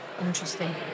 Interesting